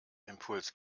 impuls